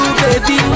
baby